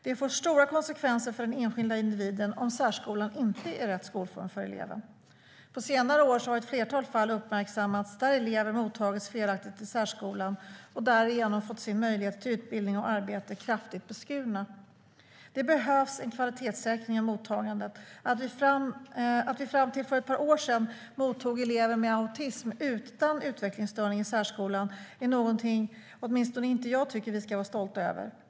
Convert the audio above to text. Det får stora konsekvenser för den enskilda individen om särskolan inte är rätt skolform för eleven. På senare år har ett flertal fall uppmärksammats där elever felaktigt har mottagits i särskolan och därigenom fått sina möjligheter till utbildning och arbete kraftigt beskurna. Det behövs en kvalitetssäkring av mottagandet. Att vi fram till för ett par år sedan mottog elever med autism utan utvecklingsstörning i särskolan är något som åtminstone jag inte tycker att vi ska vara stolta över.